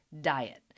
diet